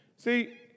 See